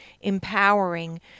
empowering